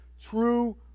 true